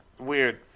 Weird